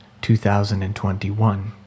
2021